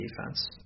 defense